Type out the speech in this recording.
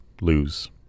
lose